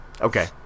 okay